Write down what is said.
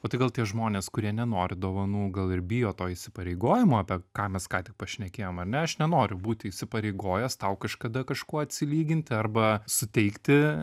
o tai gal tie žmonės kurie nenori dovanų gal ir bijo to įsipareigojimo apie ką mes ką tik pašnekėjom ar ne aš nenoriu būti įsipareigojęs tau kažkada kažkuo atsilygint arba suteikti